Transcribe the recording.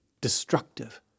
destructive